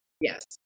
Yes